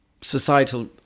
societal